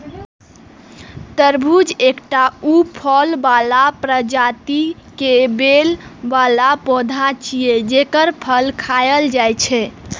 तरबूज एकटा फूल बला प्रजाति के बेल बला पौधा छियै, जेकर फल खायल जाइ छै